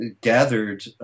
gathered